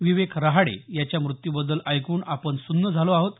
विवेक रहाडे याच्या मृत्यूबद्दल ऐकून आपण सुन्न झालो आहोत